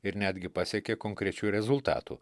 ir netgi pasiekė konkrečių rezultatų